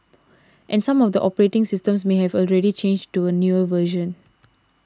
and some of the operating systems may have already changed to a newer version